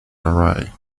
vary